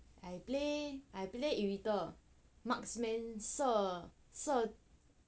I play I play irithel marksmen 射